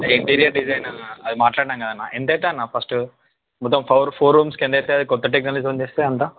interior design అది మాట్లాడినాం కదన్నా ఎంత అవుతుంది అన్న ఫస్ట్ మొత్తం పో ఫోర్ ఫోర్ రూమ్స్కి ఎంత అవుతుంది కొత్త టెక్నాలజీతో చేస్తే ఎంత